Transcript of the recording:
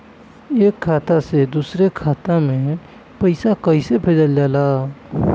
एक खाता से दूसर खाता मे पैसा कईसे जाला?